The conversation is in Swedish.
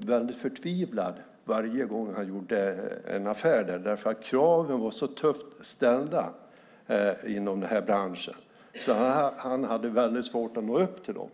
väldigt förtvivlad varje gång han gjort en affär därför att kraven är så tufft ställda inom branschen att han har mycket svårt att leva upp till dem.